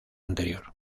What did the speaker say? anterior